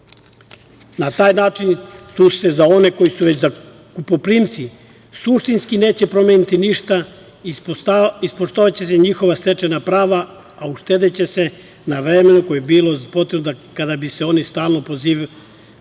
Na taj način tu se za one koji su već zakupoprimci suštinski neće promeniti ništa, ispoštovaće se njihova stečena prava, a uštedeće se na vremenu koje je bilo potrebno kada bi se oni stalno pozivali